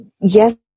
yes